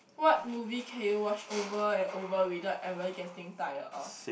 what movie can you watch over and over without ever getting tired of